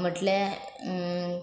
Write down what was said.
म्हटल्या